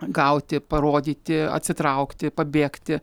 gauti parodyti atsitraukti pabėgti